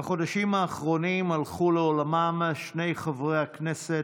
בחודשים האחרונים הלכו לעולמם שני חברי הכנסת,